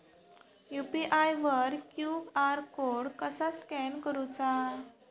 UPI वर QR code कसा scan करूचा?